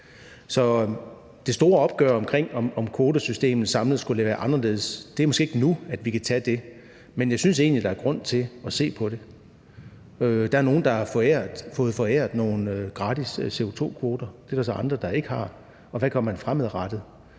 det store opgør om, hvorvidt kvotesystemet samlet set skulle være anderledes, er det måske ikke nu vi kan tage, men jeg synes egentlig, der er grund til at se på det. Der er nogle, der har fået foræret nogle gratis CO2-kvoter, og det er der så andre der ikke har, og hvad gør man fremadrettet?